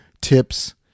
tips